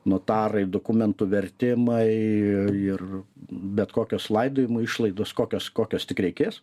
notarai dokumentų vertimai ir bet kokios laidojimo išlaidos kokios kokios tik reikės